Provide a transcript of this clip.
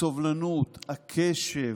הסובלנות, הקשב,